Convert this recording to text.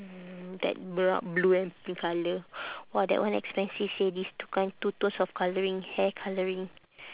mm that blue and pink colour !wah! that one expensive seh these two kind two tones of colouring hair colouring